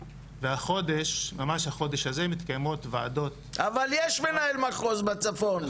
והחודש ממש החודש הזה מתקיימות ועדות --- אבל יש מנהל מחוז בצפון.